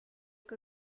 que